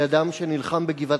מאדם שנלחם בגבעת-התחמושת,